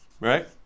right